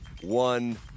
one